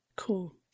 cool